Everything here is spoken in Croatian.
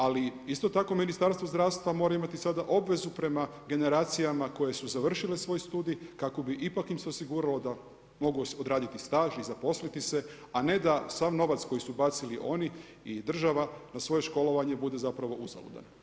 Ali isto tako Ministarstvo zdravstva mora imati sada obvezu prema generacijama koje su završile svoj studij kako bi ipak im se osiguralo da mogu odraditi staž i zaposliti se a ne da sav novac koji su bacili oni i država na svoje školovanje bude zapravo uzaludan.